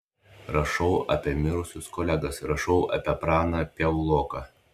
rašau apie mirusius kolegas rašau apie praną piauloką